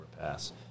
overpass